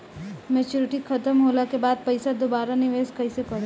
Maturity खतम होला के बाद पईसा दोबारा निवेश कइसे करेम?